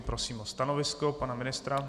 Prosím o stanovisko pana ministra.